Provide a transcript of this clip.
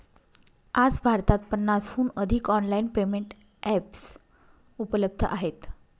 आज भारतात पन्नासहून अधिक ऑनलाइन पेमेंट एप्स उपलब्ध आहेत